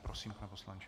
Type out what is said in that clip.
Prosím, pane poslanče.